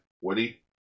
Woody